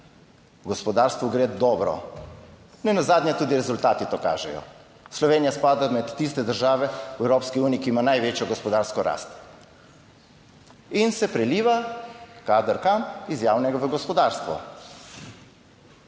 Gospodarstvu gre dobro. Nenazadnje tudi rezultati to kažejo, Slovenija spada med tiste države v Evropski uniji, ki ima največjo gospodarsko rast, in se preliva kader iz javnega v gospodarstvo.